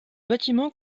bâtiment